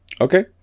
Okay